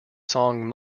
song